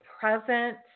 present